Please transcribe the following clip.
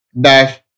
dash